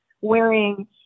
wearing